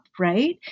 right